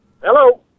Hello